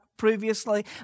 previously